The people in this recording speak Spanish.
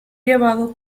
llevado